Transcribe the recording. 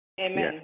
Amen